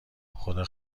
خدا